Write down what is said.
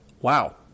Wow